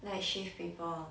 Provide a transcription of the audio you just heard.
night shift people